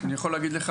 אני יכול להגיד לך,